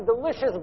delicious